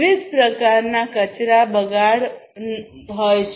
વિવિધ પ્રકારના કચરાબગાડ હોય છે